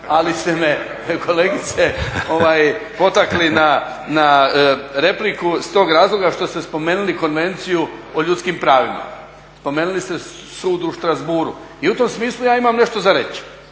ali ste me kolegice potakli na repliku s tog razloga što ste spomenuli konvenciju o ljudskim pravima. Spomenuli ste sud u Strasbourgu. I u tom smislu ja imam nešto za reći.